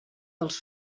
dels